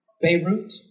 Beirut